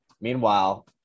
Meanwhile